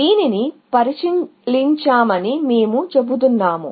దీనిని పరిశీలించామని మేము చెబుతున్నాము